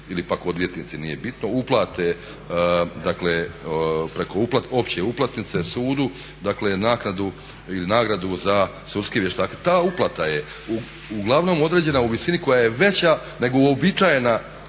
ili pak odvjetnici, nije bitno, uplate preko opće uplatnice sudu nagradu za sudskog vještaka. Ta uplata je uglavnom određena u visini koja je veća nego uobičajena